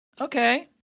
Okay